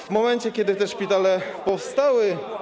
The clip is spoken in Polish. W momencie, kiedy te szpitale powstały.